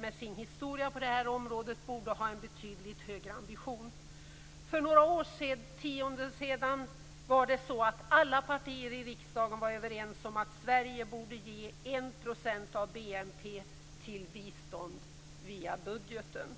Med sin historia på det här området borde Sverige ha en betydligt högre ambition. För några årtionden sedan var alla partier i riksdagen överens om att Sverige borde ge 1 % av BNP i bistånd via budgeten.